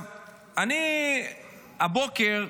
הבוקר,